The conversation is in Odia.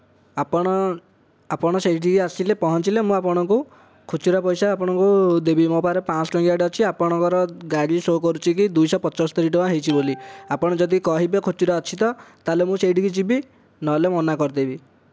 ଆପଣ ଆପଣ ସେଇଠିକି ଆସିଲେ ପହଞ୍ଚିଲେ ମୁଁ ଆପଣଙ୍କୁ ଖୁଚୁରା ପଇସା ଆପଣଙ୍କୁ ଦେବି ମୋ ପାଖରେ ପାଞ୍ଚଶହ ଟଙ୍କିଆଟେ ଅଛି ଆପଣଙ୍କର ଗାଡ଼ି ସୋ କରୁଛି କି ଦୁଇଶହ ପଞ୍ଚସ୍ତରି ଟଙ୍କା ହୋଇଛି ବୋଲି ଆପଣ ଯଦି କହିବେ ଖୁଚୁରା ଅଛି ତ ତା'ହାଲେ ମୁଁ ସେଇଠିକି ଯିବି ନହଲେ ମନା କରିଦେବି